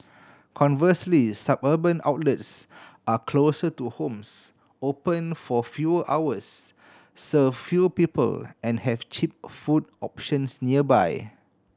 conversely suburban outlets are closer to homes open for fewer hours serve fewer people and have cheap food options nearby